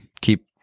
keep